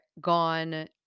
gone